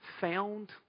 found